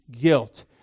guilt